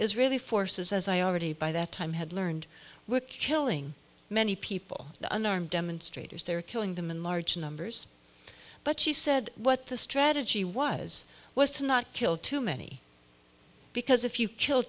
israeli forces as i already by that time had learned were killing many people unarmed demonstrators they're killing them in large numbers but she said what the strategy was was to not kill too many because if you kill